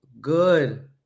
good